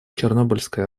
чернобыльская